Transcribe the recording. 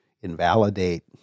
invalidate